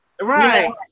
Right